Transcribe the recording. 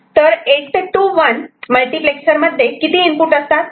तर 8 to 1 मल्टिप्लेक्सरमध्ये किती इनपुट असतात